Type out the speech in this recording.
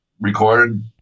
recorded